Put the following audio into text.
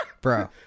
Bro